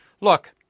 Look